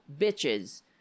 bitches